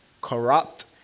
corrupt